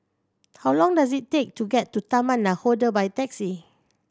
how long does it take to get to Taman Nakhoda by taxi